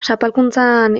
zapalkuntzaren